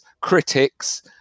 critics